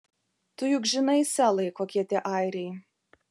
tu juk žinai selai kokie tie airiai